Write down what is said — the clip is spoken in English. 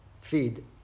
feed